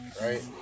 right